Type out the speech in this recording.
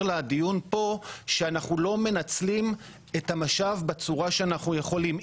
לדיון פה שאנחנו לא מנצלים את המשאב בצורה שאנחנו יכולים,